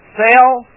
sale